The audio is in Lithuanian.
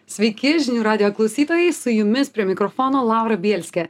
sveiki žinių radijo klausytojai su jumis prie mikrofono laura bielskė